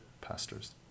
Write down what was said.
pastors